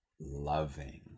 loving